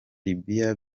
libya